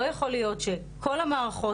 לא יכול להיות שכל המערכות,